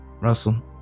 Russell